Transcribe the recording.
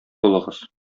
булыгыз